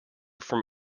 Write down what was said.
from